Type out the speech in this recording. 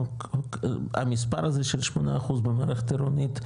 המספר הזה של 8% במערכת העירונית,